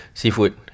seafood